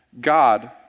God